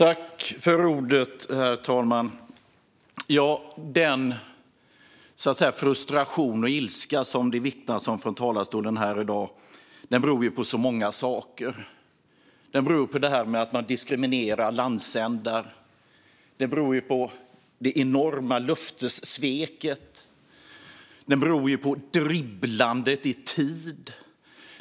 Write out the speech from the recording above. Herr talman! Den frustration och ilska som det vittnas om från talarstolen i dag beror på många saker. Den beror på att man diskriminerar landsändar, den beror på det enorma löftessveket och den beror på dribblandet med tiden.